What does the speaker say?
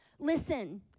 Listen